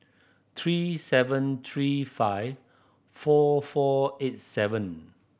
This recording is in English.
three seven three five four four eight seven